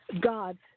God